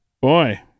Boy